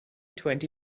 twenty